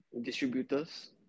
distributors